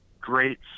great